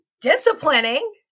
disciplining